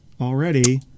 already